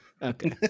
Okay